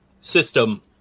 system